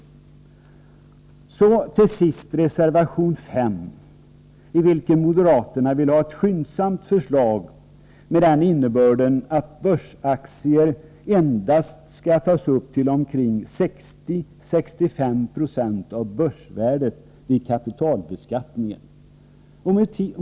Till sist vill jag kommentera reservation nr 5, i vilken moderaterna säger sig vilja ha ett skyndsamt förslag med innebörden att börsaktier skall tas upp endast till 60-65 26 av börsvärdet vid kapitalbeskattningen.